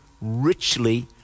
richly